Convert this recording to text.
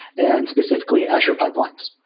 and specif ically azure pipelines.